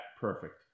perfect